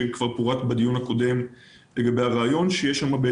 שכבר פורט בדיון הקודם לגבי הרעיון שלה.